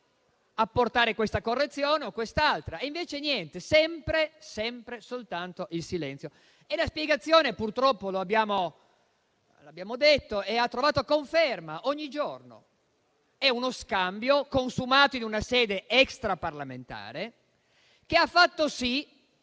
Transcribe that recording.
apportare questa correzione o quest'altra, e invece niente: sempre e soltanto il silenzio. La spiegazione, purtroppo - lo abbiamo detto - ha trovato conferma ogni giorno: è uno scambio consumato in una sede extraparlamentare che ha fatto sì